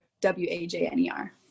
W-A-J-N-E-R